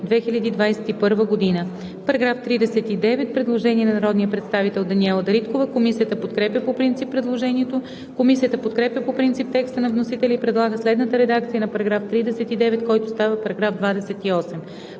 2021 г.“.“ По § 39 има предложение на народния представител Даниела Дариткова. Комисията подкрепя по принцип предложението. Комисията подкрепя по принцип текста на вносителя и предлага следната редакция на § 39, който става § 28: